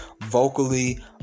vocally